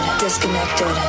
disconnected